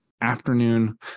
afternoon